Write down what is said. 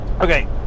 Okay